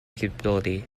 capability